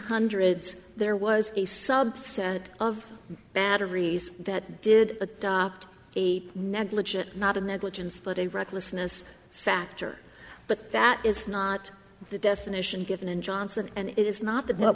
hundreds there was a subset of batteries that did adopt the negligent not of negligence but a recklessness factor but that is not the definition given in johnson and it is not that